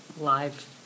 live